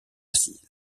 assise